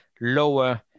lower